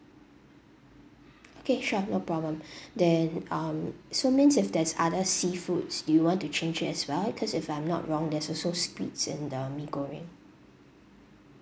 okay sure no problem then um so means if there's other seafoods do you want to change it as well because if I'm not wrong there's also squids in the mee goreng